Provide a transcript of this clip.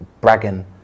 bragging